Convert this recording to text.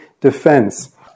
defense